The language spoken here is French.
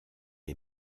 est